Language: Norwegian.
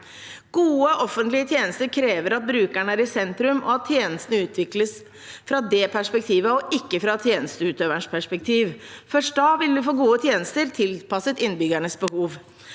Gode offentlige tjenester krever at brukeren er i sentrum, og at tjenestene utvikles fra det perspektivet, ikke fra tjenesteutøverens perspektiv. Først da vil vi få gode tjenester tilpasset innbyggernes behov.